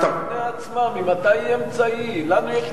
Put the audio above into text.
להפיכת, היא לא אמצעי, היא מטרה בפני עצמה.